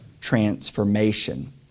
transformation